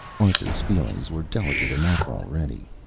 arthur's feelings were delicate enough already.